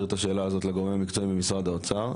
את השאלה הזאת לגורמים המקצועיים במשרד האוצר,